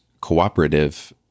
cooperative